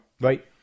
right